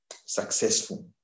successful